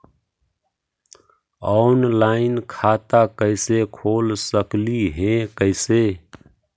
Online खाता कैसे खोल सकली हे कैसे?